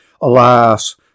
Alas